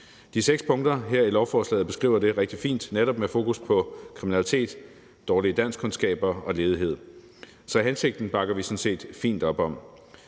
De seks punkter her i lovforslaget beskriver det rigtig fint, netop med fokus på kriminalitet, dårlige danskkundskaber og ledighed. Så hensigten bakker vi sådan set fint op om.